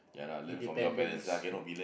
independence